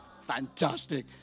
Fantastic